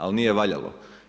Ali nije valjalo.